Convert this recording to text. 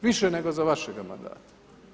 Više nego za vašega mandata.